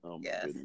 Yes